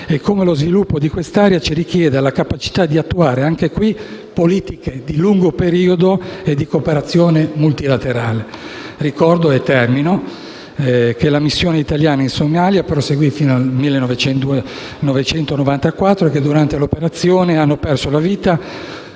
e lo sviluppo di quest'area ci richiede la capacità di attuare - anche qui - politiche di lungo periodo e di cooperazione multilaterale. Concludo ricordando che la missione italiana in Somalia proseguì fino al 1994 e che durante l'operazione hanno perso la vita